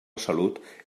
salut